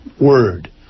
word